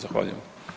Zahvaljujem.